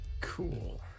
Cool